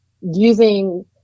using